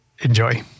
Enjoy